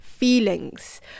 feelings